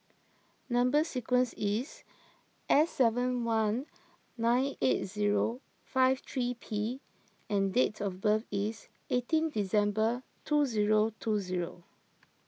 Number Sequence is S seven one nine eight zero five three P and date of birth is eighteen December two zero two zero